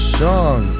song